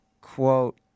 quote